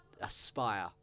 Aspire